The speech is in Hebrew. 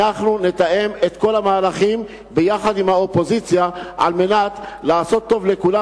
אנחנו נתאם את כל המהלכים עם האופוזיציה על מנת לעשות טוב לכולם